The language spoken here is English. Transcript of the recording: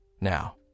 Now